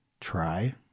try